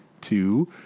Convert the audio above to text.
two